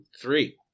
Three